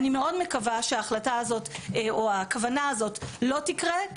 אני מאוד מקווה שההחלטה הזאת או הכוונה הזאת לא תקרה,